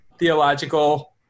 Theological